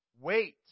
Wait